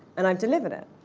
and i've delivered it.